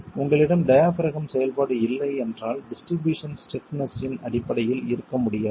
உங்களிடம் டியபிறகம் செயல்பாடு இல்லை என்றால் டிஸ்ட்ரிபியூஷன் ஸ்டிப்னஸ் இன் அடிப்படையில் இருக்க முடியாது